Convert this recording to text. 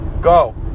Go